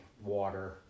water